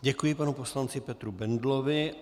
Děkuji panu poslanci Petru Bendlovi.